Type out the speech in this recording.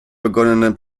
begonnene